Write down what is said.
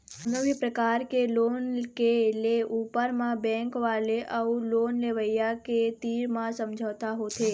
कोनो भी परकार के लोन के ले ऊपर म बेंक वाले अउ लोन लेवइया के तीर म समझौता होथे